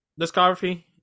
discography